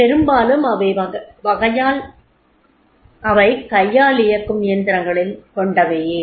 பெரும்பாலும் அவை கையால் இயக்கும் இயந்திரங்கள் கொண்டவையே